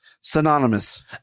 Synonymous